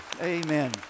Amen